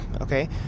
okay